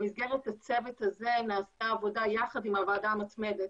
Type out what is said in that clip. במסגרת הצוות הזה נעשתה עבודה יחד עם הוועדה המתמדת,